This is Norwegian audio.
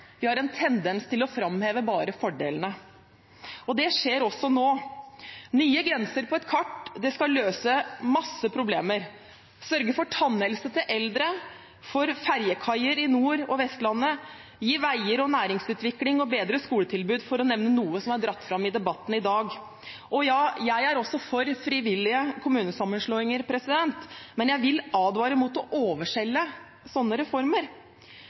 Vi har en tendens til å framheve bare fordelene. Det skjer også nå. Nye grenser på et kart skal løse mange problemer – sørge for tannhelse til eldre, fergekaier i nord og på Vestlandet, gi veier, næringsutvikling og bedre skoletilbud, for å nevne noe som er dratt fram i debatten i dag. Også jeg er for frivillige kommunesammenslåinger, men jeg vil advare mot å overselge slike reformer,